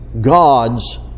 God's